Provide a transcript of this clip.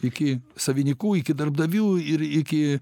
iki savininkų iki darbdavių ir iki